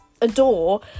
adore